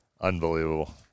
unbelievable